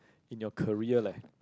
in your career leh